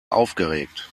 aufgeregt